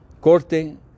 Corte